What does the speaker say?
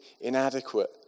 inadequate